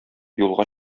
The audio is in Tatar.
юлга